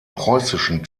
preußischen